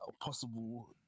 possible